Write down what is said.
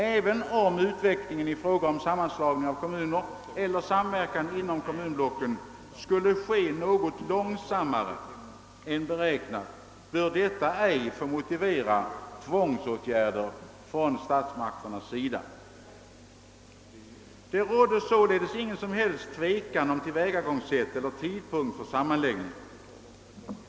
även om utvecklingen i fråga om sammanslagning av kommuner eller samverkan inom kommunblocken skulle ske något långsammare än beräknat, bör detta ej få motivera tvångsåtgärder från statsmakternas sida.» Det rådde således ingen som helst tvekan om tillvägagångssätt eller tidpunkt för sammanläggning.